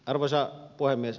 arvoisa puhemies